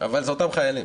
אבל זה אותם חיילים.